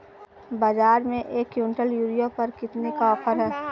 बाज़ार में एक किवंटल यूरिया पर कितने का ऑफ़र है?